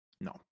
No